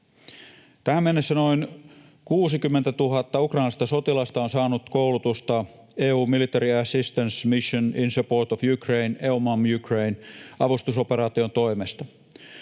Tähän mennessä noin 60 000 ukrainalaista sotilasta on saanut koulutusta EU Military Assistance Mission in Support of Ukraine, EUMAM Ukraine, -avustusoperaation toimesta.